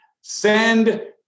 Send